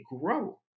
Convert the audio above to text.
grow